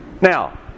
now